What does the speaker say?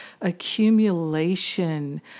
accumulation